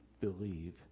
believe